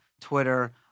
Twitter